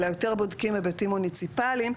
אלא יותר בודקים היבטים מוניציפליים,